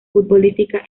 futbolística